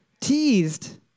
teased